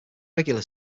regular